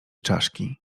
czaszki